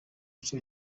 bice